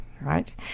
Right